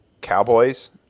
cowboys